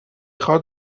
خواد